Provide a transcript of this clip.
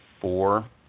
four